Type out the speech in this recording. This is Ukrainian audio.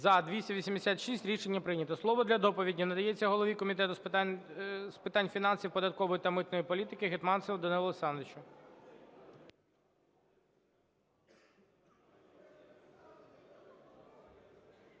За-286 Рішення прийнято. Слово для доповіді надається голові Комітету з питань фінансів, податкової та митної політики Гетманцеву Данилу Олександровичу.